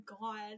god